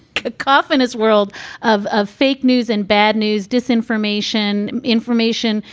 cacophonous world of of fake news and bad news, disinformation, information,